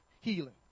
healing